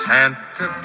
Santa